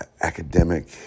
academic